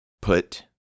put